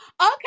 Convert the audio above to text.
Okay